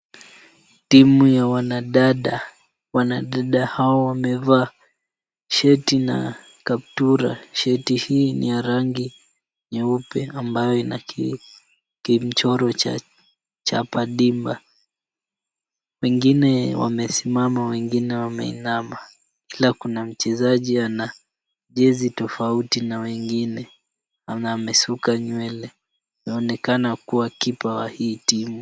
Timu ya wanadada. Wanadada hao wamevaa sheti na kaptura. Sheti hii ni ya rangi nyeupe ambayo ina kimchoro cha Chapa Dimba. Wengine wamesimama wengine wameinama. Pia kuna mchezaji ana jezi tofauti na wengine na amesuka nywele. Anaonekana kuwa kipa wa hii timu.